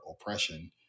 oppression